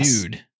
dude